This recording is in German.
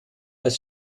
als